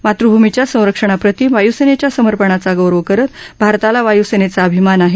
मातृभूमीच्या संरक्षणप्रति वायूसेनेच्या समर्पणाचा गौरव करत भारताला वासूसेनेचा अभिमान आहे